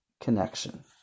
connection